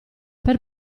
per